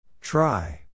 Try